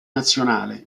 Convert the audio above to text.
nazionale